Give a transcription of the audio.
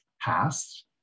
past